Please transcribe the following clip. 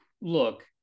look